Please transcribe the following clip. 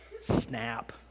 Snap